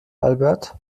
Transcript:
albert